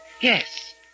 Yes